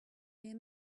hear